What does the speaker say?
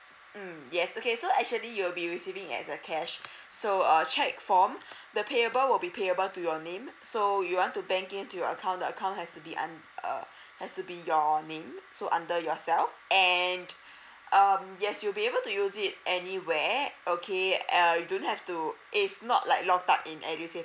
mm yes okay so actually you will be receiving as a cash so uh cheque form the payable will be payable to your name so you want to bank in to your account the account has to be un~ err has to be your name so under yourself and um yes you'll be able to use it anywhere okay uh you don't have to it's not like locked up in edusave